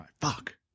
Fuck